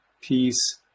peace